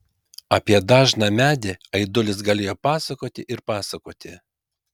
apie dažną medį aidulis galėjo pasakoti ir pasakoti